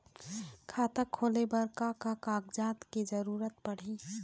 खाता खोले बर का का कागजात के जरूरत पड़ही?